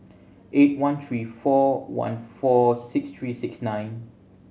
eight one three four one four six three six nine